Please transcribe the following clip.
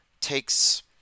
takes